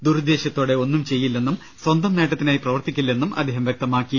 ദുരുദ്ദേശ്യത്തോടെ ഒന്നും ചെയ്യി ല്ലെന്നും സ്വന്തം നേട്ടത്തിനായി പ്രവർത്തിക്കില്ലെന്നും അദ്ദേഹം വ്യക്തമാക്കി